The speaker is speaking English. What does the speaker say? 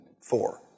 Four